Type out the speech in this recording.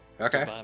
Okay